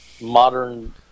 modern